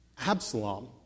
Absalom